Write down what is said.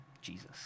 Jesus